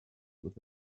with